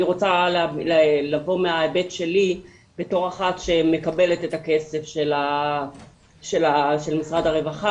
אני רוצה לבוא מההיבט שלי בתור אחת שמקבלת את הכסף של משרד הרווחה,